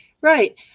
right